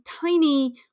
tiny